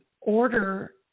order